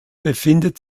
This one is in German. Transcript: befindet